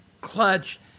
clutch